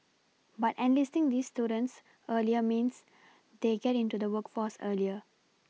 but enlisting these students earlier means they get into the workforce earlier